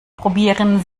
probieren